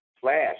flash